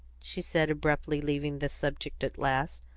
she said, abruptly leaving the subject at last,